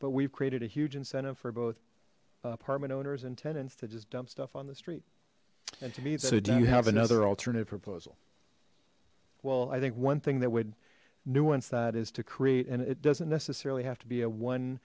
but we've created a huge incentive for both apartment owners and tenants to just dump stuff on the street so do you have another alternative proposal well i think one thing that would new once that is to create and it doesn't necessarily have to be a one